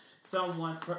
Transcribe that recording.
someone's